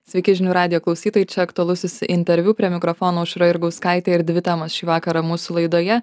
sveiki žinių radijo klausytojai čia aktualusis interviu prie mikrofono aušra jurgauskaitė ir dvi damos šį vakarą mūsų laidoje